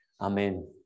Amen